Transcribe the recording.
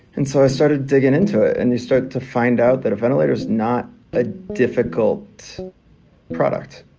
and so i started digging into it and you start to find out that a ventilator is not a difficult product.